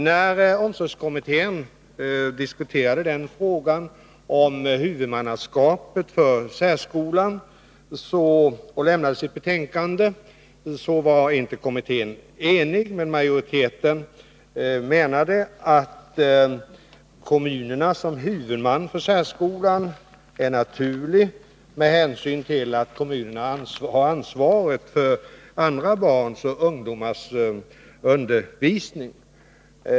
När omsorgskommittén diskuterade frågan om huvudmannaskap för särskolan och lämnade sitt betänkande var kommittén inte enig. Majoriteten menade att kommunerna är naturliga som huvudmän för särskolan, med hänsyn till att kommunerna har ansvaret för andra barns och ungdomars undervisning.